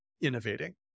innovating